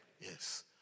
Yes